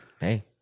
Hey